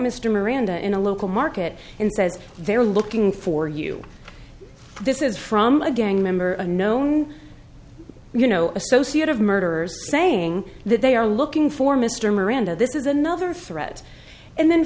mr miranda in a local market and says they're looking for you this is from a gang member a known you know associate of murderers saying that they are looking for mr miranda this is another thread and then